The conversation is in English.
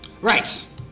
Right